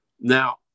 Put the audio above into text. Now